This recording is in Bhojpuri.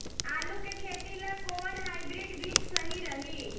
आलू के खेती ला कोवन हाइब्रिड बीज सही रही?